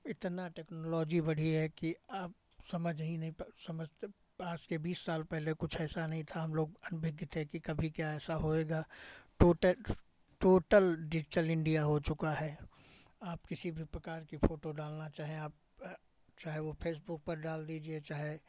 इतना टेक्नोलॉजी बढ़ी है कि आप समझ ही नहीं समझते आज के बीस साल पहले कुछ ऐसा नहीं था हम लोग अनभिज्ञ थे कि कभी क्या ऐसा होएगा टोटल टोटल डिज़िटल इंडिया हो चुका है आप किसी भी प्रकार की फ़ोटो डालना चाहें आप चाहे वो फ़ेसबुक पर डाल दीजिए चाहे